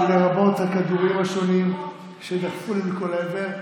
לרבות הכדורים השונים שדחפו לי מכל עבר.